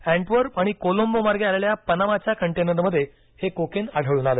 Antwerp आणि कोलंबोमार्गे आलेल्या पनामाच्या कंटेनरमध्ये हे कोकेन आढळून आलं